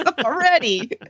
already